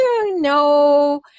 no